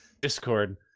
discord